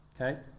okay